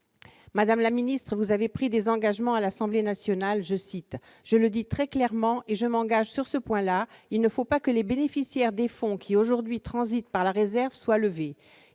Madame la ministre, vous avez pris des engagements à l'Assemblée nationale. Permettez-moi de reprendre vos propos :« Je le dis très clairement et je m'engage sur ce point-là : il ne faut pas que les bénéficiaires des fonds qui aujourd'hui transitent par la réserve soient lésés. «